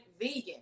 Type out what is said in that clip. vegan